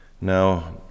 now